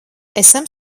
esam